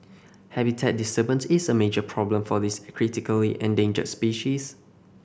habitat disturbance is a major problem for this critically endangered species